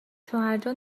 شوهرجان